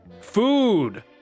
Food